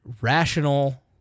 rational